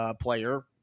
player